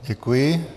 Děkuji.